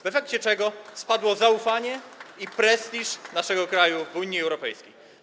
W efekcie tego spadły zaufanie i prestiż naszego kraju w Unii Europejskiej.